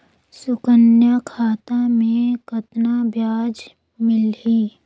सुकन्या खाता मे कतना ब्याज मिलही?